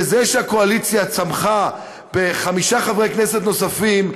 וזה שהקואליציה צמחה בחמישה חברי כנסת נוספים,